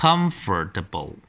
Comfortable